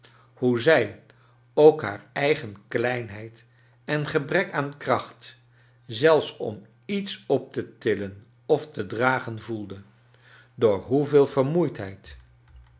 hoe zij ook haar eigen kleinheid en gebrek aan kraoht zelfs om iets op te tillen of te dragen voelde door hoeveel vermoeidheid